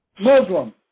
Muslim